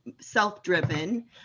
self-driven